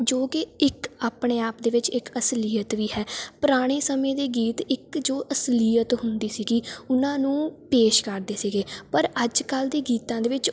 ਜੋ ਕਿ ਇੱਕ ਆਪਣੇ ਆਪ ਦੇ ਵਿੱਚ ਇੱਕ ਅਸਲੀਅਤ ਵੀ ਹੈ ਪੁਰਾਣੇ ਸਮੇਂ ਦੇ ਗੀਤ ਇੱਕ ਜੋ ਅਸਲੀਅਤ ਹੁੰਦੀ ਸੀਗੀ ਉਹਨਾਂ ਨੂੰ ਪੇਸ਼ ਕਰਦੇ ਸੀਗੇ ਪਰ ਅੱਜ ਕੱਲ੍ਹ ਦੇ ਗੀਤਾਂ ਦੇ ਵਿੱਚ